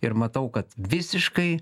ir matau kad visiškai